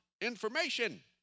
information